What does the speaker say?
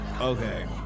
Okay